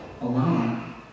alone